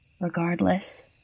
Regardless